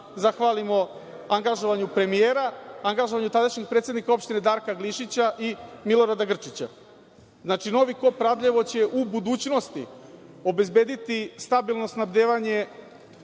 zahvalimo angažovanju premijera, angažovanju tadašnjeg predsednika Opštine Darka Glišića i Milorada Grčića. Znači, novi kop Radljevo će u budućnosti obezbediti stabilno snabdevanje